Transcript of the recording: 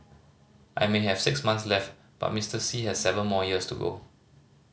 I may have six months left but Mister Xi has seven more years to go